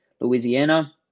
Louisiana